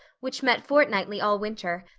which met fortnightly all winter,